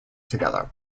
together